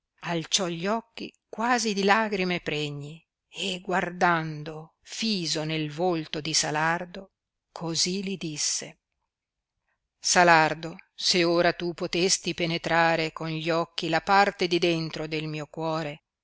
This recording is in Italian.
morte alciò gli occhi quasi di lagrime pregni e guardando fiso nel volto di salardo così li disse salardo se ora tu potesti penetrare con gli occhi la parte di dentro del mio cuore